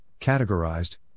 categorized